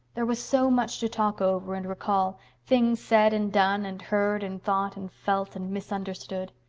there was so much to talk over and recall things said and done and heard and thought and felt and misunderstood.